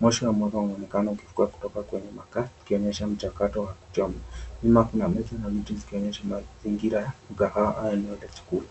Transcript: moshi wa moto unaonekana unafuka kutoka kwa makaa ukionyesha mchakato wa kuchomwa nyuma kuna meza na viti ikionyesha mazingira ya mkahawa au eneo la chakula.